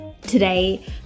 today